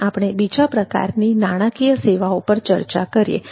હવે આપણે બીજા પ્રકારની નાણાકીય સેવાઓ પર ચર્ચા કરીએ